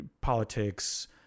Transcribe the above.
politics